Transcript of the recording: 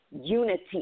unity